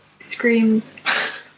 screams